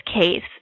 case